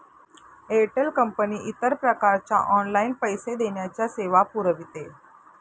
Airtel कंपनी इतर प्रकारच्या ऑनलाइन पैसे देण्याच्या सेवा पुरविते